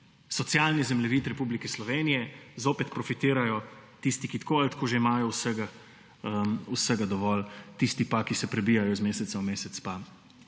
socialni zemljevid Republike Slovenije, zopet profitirajo tisti, ki tako ali tako že imajo vsega dovolj. Tisti, ki se prebijajo iz meseca v mesec, pa